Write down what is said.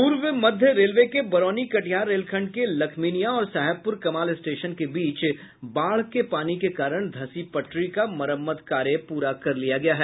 पूर्व मध्य रेलवे के बरौनी कटिहार रेल खंड के लखमीनिया और साहेबपुर कमाल स्टेशन के बीच बाढ़ के पानी के कारण धंसी पटरी का मरम्मत कार्य पूरा कर लिया गया है